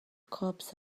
cops